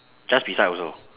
just beside also